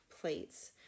plates